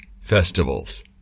festivals